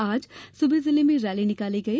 आज सुबह जिले में रैली निकाली गई